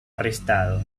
arrestado